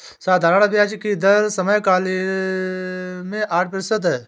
साधारण ब्याज की दर समयकाल में आठ प्रतिशत है